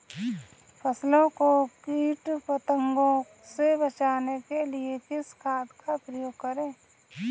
फसलों को कीट पतंगों से बचाने के लिए किस खाद का प्रयोग करें?